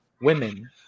women